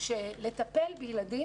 לטפל בילדים,